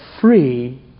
free